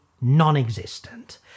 non-existent